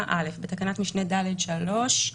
בתקנת משנה (ד)(3),